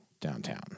downtown